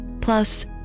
Plus